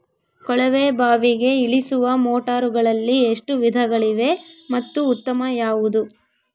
ಕೊಳವೆ ಬಾವಿಗೆ ಇಳಿಸುವ ಮೋಟಾರುಗಳಲ್ಲಿ ಎಷ್ಟು ವಿಧಗಳಿವೆ ಮತ್ತು ಉತ್ತಮ ಯಾವುದು?